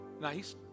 nice